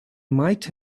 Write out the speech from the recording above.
might